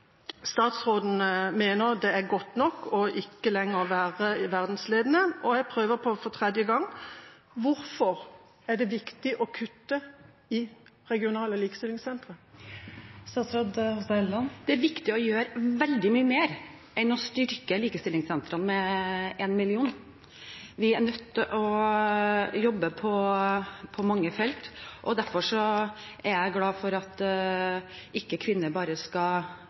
statsråden mener det er godt nok ikke lenger å være verdensledende. Jeg prøver for tredje gang: Hvorfor er det viktig å kutte i regionale likestillingssentre? Det er viktig å gjøre veldig mye mer enn å styrke likestillingssentrene med én million. Vi er nødt til å jobbe på mange felt. Derfor er jeg glad for at kvinner ikke bare skal